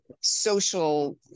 social